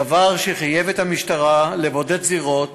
דבר שחייב את המשטרה לבודד זירות